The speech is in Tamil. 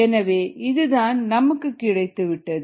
எனவே இது தான் நமக்கு கிடைத்தது